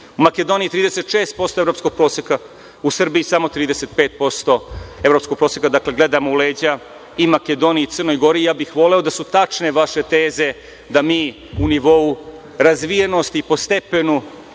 u Makedoniji 36% evropskog proseka, a u Srbiji samo 35% evropskog proseka. Dakle, gledamo u leđa i Makedoniji i Crnoj Gori. Ja bih voleo da su tačne vaše teze da mi u nivou razvijenosti po stepenu